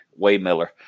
Waymiller